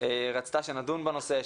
רצתה שנדון בנושא,